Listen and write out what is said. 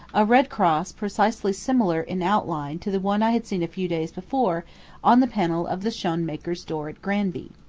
a red cross precisely similar in outline to the one i had seen a few days before on the panel of the schoenmakers' door at granby.